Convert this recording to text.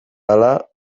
hala